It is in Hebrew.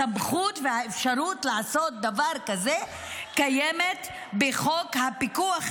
הסמכות והאפשרות לעשות דבר כזה קיימות בחוק הפיקוח,